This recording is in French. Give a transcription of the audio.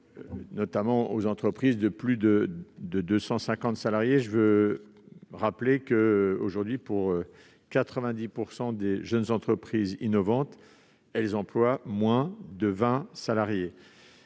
innovante aux entreprises de plus de 250 salariés. Je rappelle que, aujourd'hui, 90 % des jeunes entreprises innovantes emploient moins de 20 salariés.